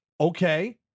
Okay